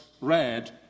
read